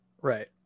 right